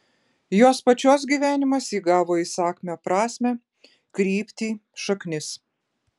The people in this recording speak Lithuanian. jos pačios gyvenimas įgavo įsakmią prasmę kryptį šaknis